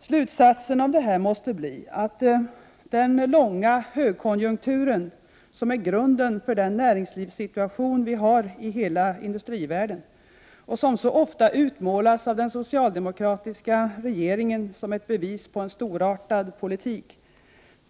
Slutsatsen av detta måste bli att det är den långa högkonjunkturen som utgör grunden för näringslivssituationen i hela industrivärlden, och ofta utmålas den av den svenska regeringen som ett bevis på en storartad politik.